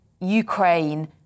Ukraine